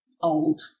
Old